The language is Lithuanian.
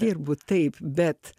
dirbu taip bet